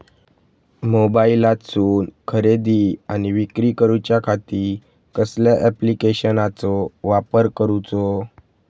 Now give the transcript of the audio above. मोबाईलातसून खरेदी आणि विक्री करूच्या खाती कसल्या ॲप्लिकेशनाचो वापर करूचो?